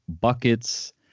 buckets